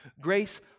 Grace